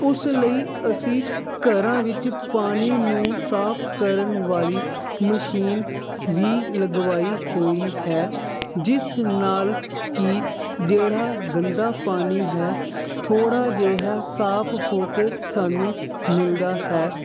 ਉਸ ਲਈ ਅਸੀਂ ਘਰਾਂ ਵਿੱਚ ਪਾਣੀ ਨੂੰ ਸਾਫ ਕਰਨ ਵਾਲੀ ਮਸ਼ੀਨ ਵੀ ਲਗਵਾਈ ਹੋਈ ਹੈ ਜਿਸ ਨਾਲ ਕਿ ਜਿਹੜਾ ਗੰਦਾ ਪਾਣੀ ਹੈ ਥੋੜ੍ਹਾ ਜਿਹਾ ਸਾਫ ਹੋ ਕੇ ਸਾਨੂੰ ਮਿਲਦਾ ਹੈ